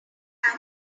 have